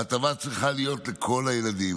ההטבה צריכה להיות לכל הילדים,